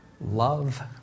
Love